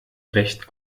recht